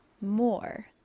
more